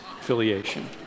affiliation